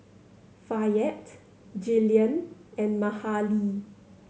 Fayette Jillian and Mahalie